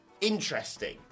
interesting